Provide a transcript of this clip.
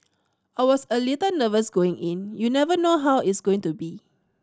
I was a little nervous going in you never know how is going to be